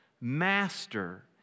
Master